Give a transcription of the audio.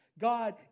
God